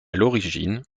l’origine